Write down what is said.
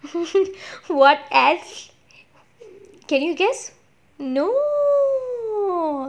what else can you guess no